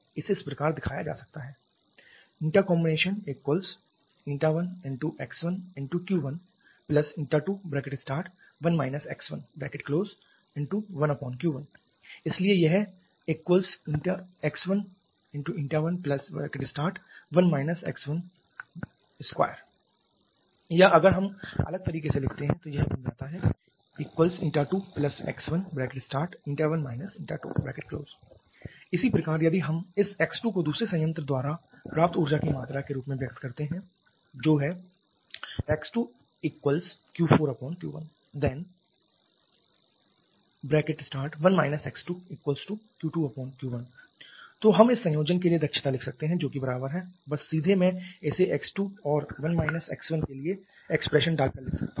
इसे इस प्रकार दर्शाया जा सकता है Comb1x1Q121 x1Q1Q1 इसलिए यह x111 x12 या अगर हम अलग तरीके से लिखते हैं तो यह बन जाता है 2x11 2 इसी प्रकार यदि हम इस x2 को दूसरे संयंत्र द्वारा प्राप्त ऊर्जा की मात्रा के रूप में व्यक्त करते हैं जो है x2Q4Q1 तब 1 x2Q2Q1 तो हम इस संयोजन के लिए दक्षता लिख सकते हैंजोकि बराबर है बस सीधे मैं इसे x2 और के लिए expression डालकर लिख सकता हूं